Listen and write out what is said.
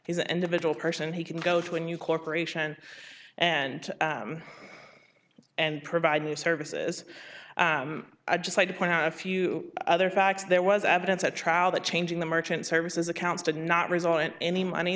he's an individual person he can go to a new corporation and and provide new services i just like to point out a few other facts there was evidence at trial that changing the merchant services accounts did not result in any money